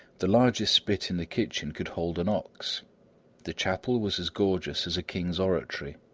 the largest spit in the kitchen could hold an ox the chapel was as gorgeous as a king's oratory.